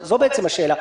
זו השאלה.